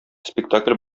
спектакль